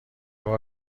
بار